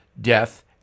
death